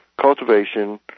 cultivation